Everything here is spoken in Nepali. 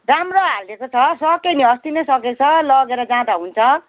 राम्रो हालिदिएको छ सक्यो नि अस्ति नै सकेछ लगेर जाँदा हुन्छ